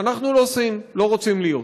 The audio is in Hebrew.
אנחנו לא סין, לא רוצים להיות.